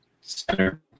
center